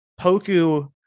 Poku